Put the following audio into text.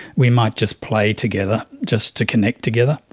we might just play together just to connect together,